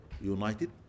united